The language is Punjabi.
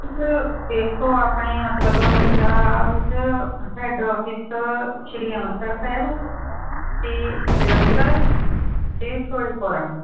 ਲ ਦੇਖੋ ਆਪਣੇ ਮਤਲਬ ਪੰਜਾਬ 'ਚ ਹੈਡ ਆਫਿਸ ਸ਼੍ਰੀ ਅੰਮ੍ਰਿਤਸਰ ਸਾਹਿਬ ਅਤੇ ਜਲੰਧਰ ਅਤੇ ਫਿਰੋਜ਼ਪੁਰ